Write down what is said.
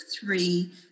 three